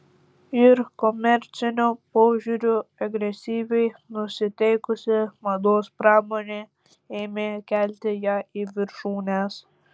ir komerciniu požiūriu agresyviai nusiteikusi mados pramonė ėmė kelti ją į viršūnes